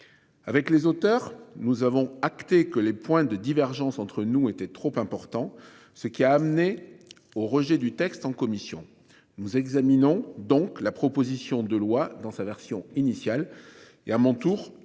Avec les auteurs. Nous avons acté que les points de divergence entre nous était trop important. Ce qui a amené au rejet du texte en commission. Nous examinons donc la proposition de loi dans sa version initiale et à mon tour